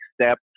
step